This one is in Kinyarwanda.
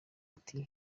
ati